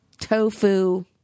tofu